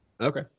Okay